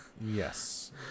Yes